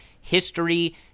history